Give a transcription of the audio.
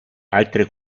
altre